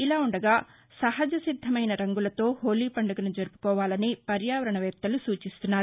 ఇలావుండగా సహజ సిద్దమైన రంగులతో హోలీ పండుగను జరుపుకోవాలని పర్యావరణ వేత్తలు సూచిస్తున్నారు